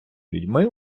людьми